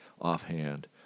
offhand